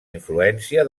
influència